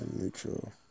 neutral